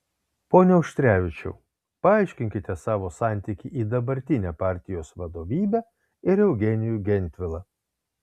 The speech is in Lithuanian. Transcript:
pone auštrevičiau paaiškinkite savo santykį į dabartinę partijos vadovybę ir eugenijų gentvilą